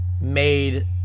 made